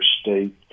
State